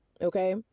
okay